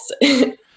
Yes